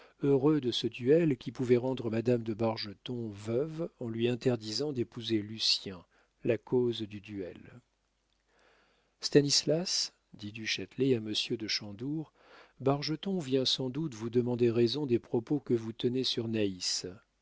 heureux de ce duel qui pouvait rendre madame de bargeton veuve en lui interdisant d'épouser lucien la cause du duel stanislas dit du châtelet à monsieur de chandour bargeton vient sans doute vous demander raison des propos que vous teniez sur naïs